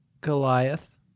Goliath